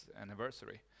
anniversary